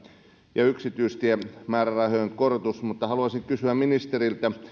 ja yksityistiemäärärahojen korotus mutta haluaisin kysyä ministeriltä